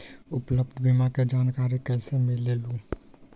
उपलब्ध बीमा के जानकारी कैसे मिलेलु?